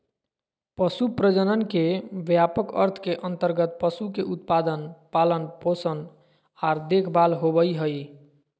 पशु प्रजनन के व्यापक अर्थ के अंतर्गत पशु के उत्पादन, पालन पोषण आर देखभाल होबई हई